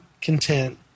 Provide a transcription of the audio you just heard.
content